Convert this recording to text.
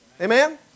Amen